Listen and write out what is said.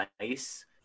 nice